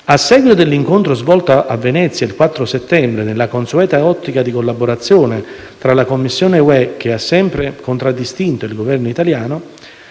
a seguito dell'incontro svolto a Venezia il 4 settembre, nella consueta ottica di collaborazione con la Commissione europea che sempre ha contraddistinto il Governo italiano,